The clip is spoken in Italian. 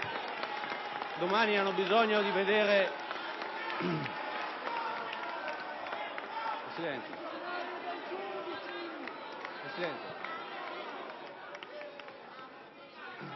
domani hanno bisogno di vedere...